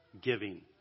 giving